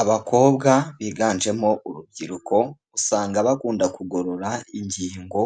Abakobwa biganjemo urubyiruko, usanga bakunda kugorora ingingo